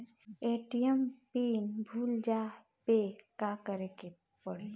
ATM PIN भूल जाए पे का करे के पड़ी?